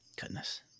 Goodness